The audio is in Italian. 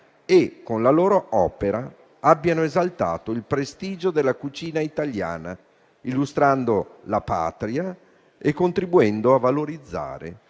e con la loro opera abbiano esaltato il prestigio della cucina italiana, illustrando la Patria e contribuendo a valorizzare